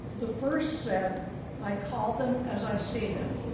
the first said, i call them as i see them.